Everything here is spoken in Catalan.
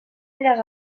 aquelles